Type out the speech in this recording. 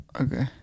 Okay